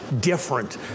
different